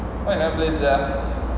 why you never play sia